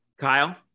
kyle